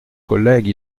collègue